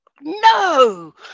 No